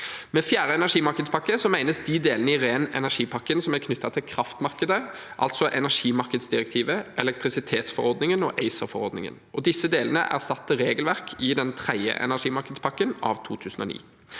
Med fjerde energimarkedspakke menes de delene i ren energi-pakken som er knyttet til kraftmarkedet, altså energimarkedsdirektivet, elektrisitetsforordningen og ACER-forordningen. Disse delene erstatter regelverk i den tredje energimarkedspakken, av 2009.